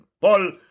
Paul